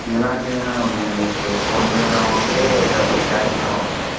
ఎలాంటివైనా okay అండి PhonePe అయినా okay డబ్బులు క్యాష్ అయినా ఓకే అండి